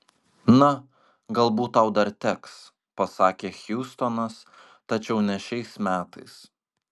na galbūt tau dar teks pasakė hjustonas tačiau ne šiais metais